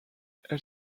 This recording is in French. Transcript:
elle